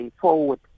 forward